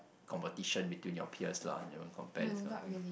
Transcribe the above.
competition between your peers lah and you compare this kind of thing